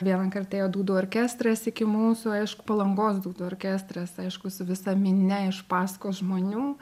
vieną kart ėjo dūdų orkestras iki mūsų aišku palangos dūdų orkestras aišku su visa minia iš paskos žmonių